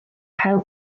cael